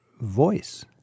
voice